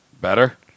Better